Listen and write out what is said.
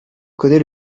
connait